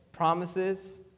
promises